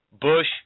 Bush